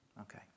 Okay